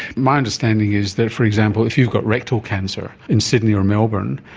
my understanding is that, for example, if you've got rectal cancer in sydney or melbourne,